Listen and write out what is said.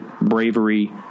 bravery